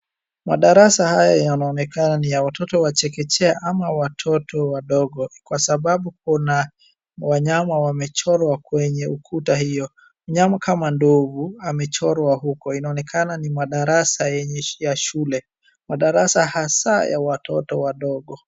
Madarasa haya yanaonekana ni ya watoto wa chekechea ama watoto wadogo, kwa sababu kuna wanyama wamechorwa kwenye ukuta hio. Mnyama kama ndovu amechorwa huko. Inaonekana ni madarasa ya shule. Madarasa hasa ya watoto wadogo.